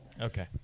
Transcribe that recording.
Okay